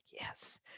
yes